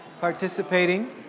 participating